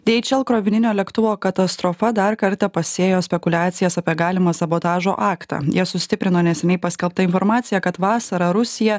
dieičel krovininio lėktuvo katastrofa dar kartą pasėjo spekuliacijas apie galimą sabotažo aktą ją sustiprino neseniai paskelbta informacija kad vasarą rusija